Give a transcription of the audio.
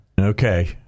Okay